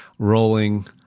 Rolling